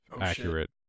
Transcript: accurate